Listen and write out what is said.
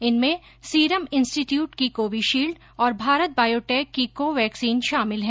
इनमें serum institute की Covishield और भारत बायोटेक की को वैक्सीन शामिल है